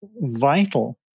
vital